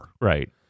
right